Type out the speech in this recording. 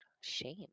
shame